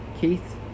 Keith